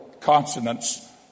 consonants